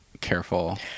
careful